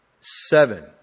seven